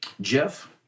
Jeff